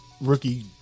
rookie